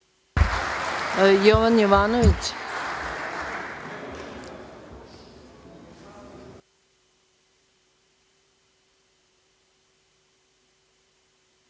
Jovan Jovanović.